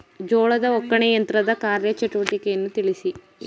ಜೋಳದ ಒಕ್ಕಣೆ ಯಂತ್ರದ ಕಾರ್ಯ ಚಟುವಟಿಕೆಯನ್ನು ತಿಳಿಸಿ?